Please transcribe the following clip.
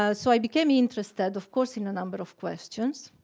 ah so i became interested, of course, in a number of questions.